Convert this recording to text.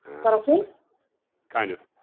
that okay? b kind of.